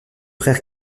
frère